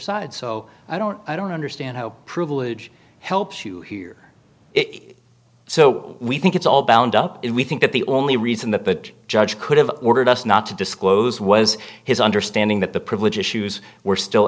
side so i don't i don't understand how privilege helps you hear it so we think it's all bound up and we think that the only reason the judge could have ordered us not to disclose was his understanding that the privilege issues were still